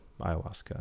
ayahuasca